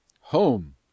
Home